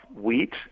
wheat